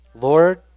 Lord